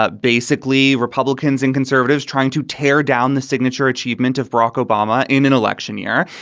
ah basically republicans and conservatives trying to tear down the signature achievement of barack obama in an election year.